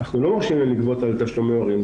אנחנו לא מבקשים מהם לגבות על תשלומי הורים.